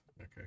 okay